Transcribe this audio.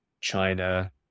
China